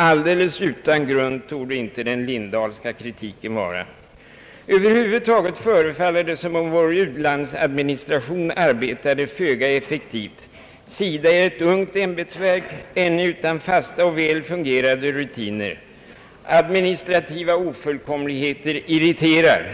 Alldeles utan grund torde inte den Lindahlska kritiken vara. Över huvud taget förefaller det som om vår u-landsadministration arbetar föga effektivt. SIDA är ett ungt ämbetsverk, ännu utan fasta och väl fungerande rutiner. Administrativa ofullkomligheter irriterar.